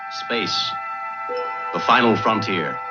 space the final frontier.